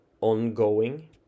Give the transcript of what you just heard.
ongoing